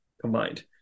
combined